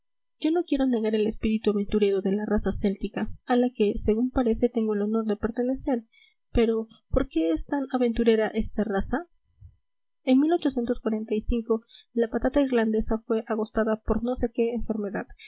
yo no quiero negar el espíritu aventurero de la raza céltica a la que según parece tengo el honor de pertenecer pero por qué es tan aventurera esta raza en la patata irlandesa fue agostada por no sé qué enfermedad